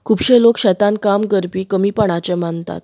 खूबशे लोक शेतान काम करपी कमीपणाचें मानतात